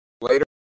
later